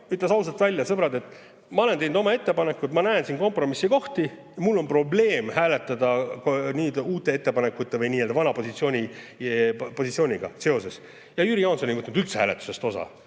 ütles ausalt välja: sõbrad, ma olen teinud oma ettepanekud, ma näen siin kompromissikohti, aga mul on probleem hääletada uute ettepanekute või nii-öelda vana positsiooniga seoses. Ja Jüri Jaanson ei võtnud üldse nende